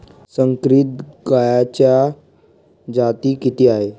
संकरित गायीच्या जाती किती आहेत?